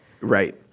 Right